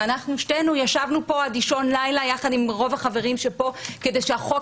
ושתינו ישבנו פה עד אישון לילה יחד עם רוב החברים שפה כדי שהחוק